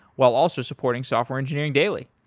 while also supporting software engineering daily.